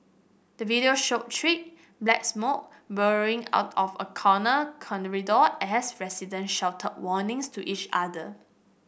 the video showed thick black smoke out of a corner as resident shouted warnings to each other